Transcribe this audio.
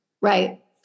Right